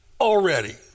already